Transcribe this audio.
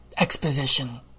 exposition